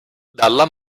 dalla